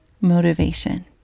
motivation